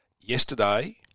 Yesterday